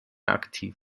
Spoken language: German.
aktiv